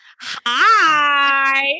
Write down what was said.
Hi